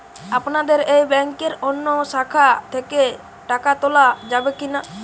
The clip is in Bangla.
আপনাদের এই ব্যাংকের অন্য শাখা থেকে টাকা তোলা যাবে কি না?